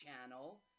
channel